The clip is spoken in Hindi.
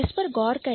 इस पर गौर करें